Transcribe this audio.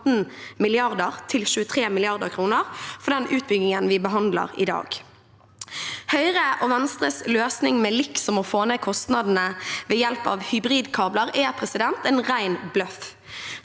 til 23 mrd. kr for den utbyggingen vi behandler i dag. Høyres og Venstres løsning, som liksom skal få ned kostnadene ved hjelp av hybridkabler, er en ren bløff.